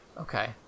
Okay